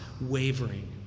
wavering